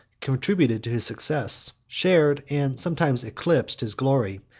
contributed to his success, shared, and sometimes eclipsed, his glory,